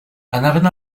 anaven